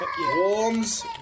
Warms